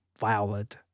violet